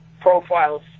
profiles